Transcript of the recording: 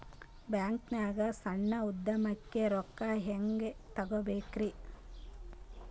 ಬ್ಯಾಂಕ್ನಾಗ ಸಣ್ಣ ಉದ್ಯಮಕ್ಕೆ ರೊಕ್ಕ ಹೆಂಗೆ ತಗೋಬೇಕ್ರಿ?